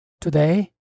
today